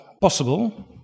possible